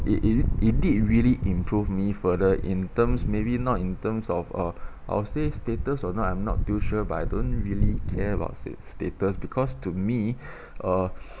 it it did really improve me further in terms maybe not in terms of uh I'll say status or not I'm not too sure but I don't really care about sta~ status because to me uh